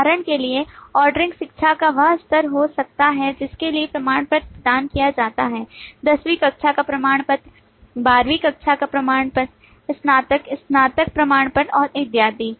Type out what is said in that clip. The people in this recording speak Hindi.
उदाहरण के लिए ऑर्डरिंग शिक्षा का वह स्तर हो सकता है जिसके लिए प्रमाणपत्र प्रदान किया जाता है 10 वीं कक्षा का प्रमाणपत्र 12 वीं कक्षा का प्रमाणपत्र स्नातक स्नातक प्रमाणपत्र और इत्यादि